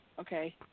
Okay